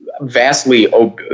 vastly